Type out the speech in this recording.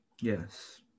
Yes